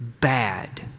bad